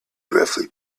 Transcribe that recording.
roughly